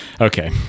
okay